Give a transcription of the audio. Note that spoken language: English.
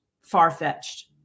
far-fetched